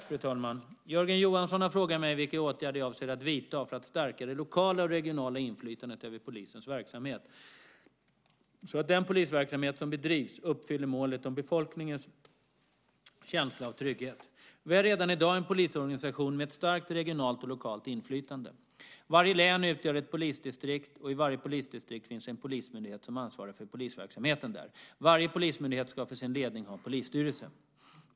Fru talman! Jörgen Johansson har frågat mig vilka åtgärder jag avser att vidta för att stärka det lokala och regionala inflytandet över polisens verksamhet så att den polisverksamhet som bedrivs uppfyller målet om befolkningens känsla av trygghet. Vi har redan i dag en polisorganisation med ett starkt regionalt och lokalt inflytande. Varje län utgör ett polisdistrikt, och i varje polisdistrikt finns en polismyndighet som ansvarar för polisverksamheten där. Varje polismyndighet ska för sin ledning ha en polisstyrelse.